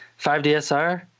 5DSR